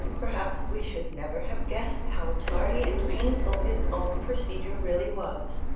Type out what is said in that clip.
perhaps we should never have guessed how tardy and painful his own procedure really was,